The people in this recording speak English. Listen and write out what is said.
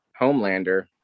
homelander